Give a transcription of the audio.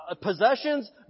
possessions